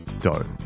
dough